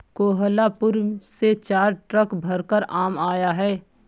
कोहलापुर से चार ट्रक भरकर आम आया है